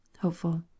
Hopeful